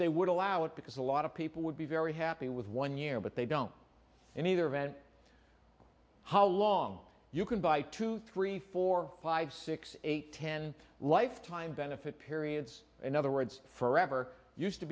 they would allow it because a lot of people would be very happy with one year but they don't in either event how long you can buy two three four five six eight ten lifetime benefit periods in other words forever used to